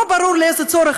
לא ברור לאיזה צורך,